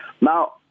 Now